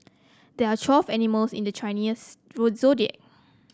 there are twelve animals in the Chinese zodiac